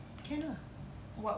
can lah